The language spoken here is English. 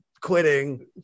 quitting